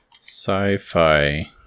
sci-fi